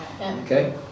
Okay